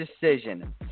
decision